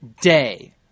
day